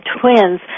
twins